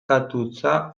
abokatutza